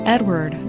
Edward